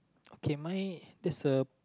okay mine there's a